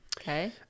Okay